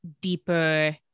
deeper